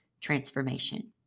transformation